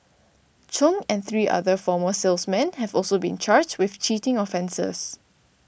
Chung and three other former salesmen have also been charged with cheating offences